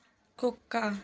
కుక్క